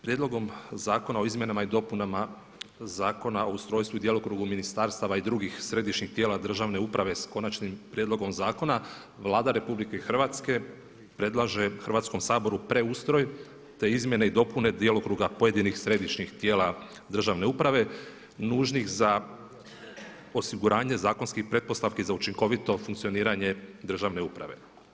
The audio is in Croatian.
Prijedlogom zakona o izmjenama i dopunama Zakona o ustrojstvu i djelokrugu ministarstava i drugih središnjih tijela državne uprave, s Konačnim prijedlogom Zakona, Vlada RH predlaže Hrvatskom saboru preustroj, te izmjene i dopune djelokruga pojedinih središnjih tijela državne uprave nužnih za osiguranje zakonskih pretpostavki za učinkovito funkcioniranje državne uprave.